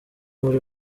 muri